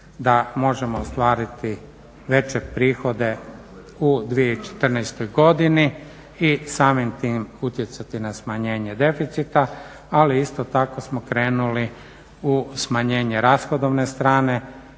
da možemo ostvariti veće prihode u 2014. godini i samim tim utjecati na smanjenje deficita, ali isto tako smo krenuli u smanjenje rashodovne strane